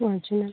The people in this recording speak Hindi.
हाँ जी मैम